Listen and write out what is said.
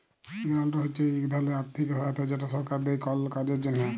গেরালট হছে ইক ধরলের আথ্থিক সহায়তা যেট সরকার দেই কল কাজের জ্যনহে